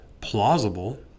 plausible